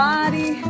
Body